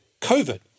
COVID